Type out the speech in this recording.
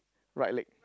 right leg